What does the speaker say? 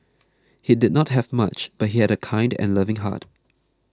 he did not have much but he had a kind and loving heart